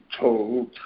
told